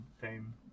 fame